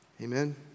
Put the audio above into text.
Amen